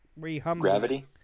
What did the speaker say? Gravity